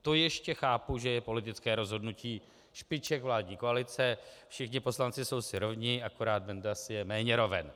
To ještě chápu, že je politické rozhodnutí špiček vládní koalice, všichni poslanci jsou si rovni, akorát Benda si je méně roven.